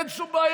אין שום בעיה,